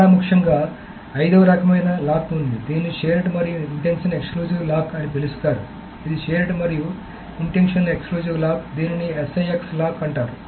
చాలా ముఖ్యంగా 5 వ రకమైన లాక్ ఉంది దీనిని షేర్డ్ మరియు ఇంటెన్షన్ ఎక్సక్లూజివ్ లాక్ అని పిలుస్తారు ఇది షేర్డ్ మరియు ఇంటెన్షన్ ఎక్సక్లూజివ్ లాక్ దీనిని SIX లాక్ అంటారు